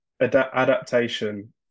adaptation